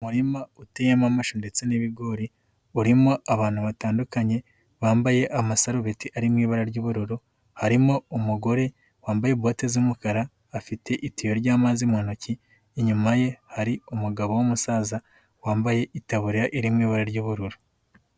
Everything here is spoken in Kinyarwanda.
Umurima uteyemo amashu ndetse n'ibigori urimo abantu batandukanye, bambaye amasarubeti ari mu ibara ry'ubururu harimo umugore wambaye bote z'umukara, afite itiyo ry'amazi mu ntoki, inyuma ye hari umugabo w'umusaza wambaye itaburiya iri mu ibara ry'ubururu.